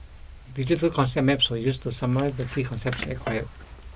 digital concept maps were used to summarise the key concepts acquired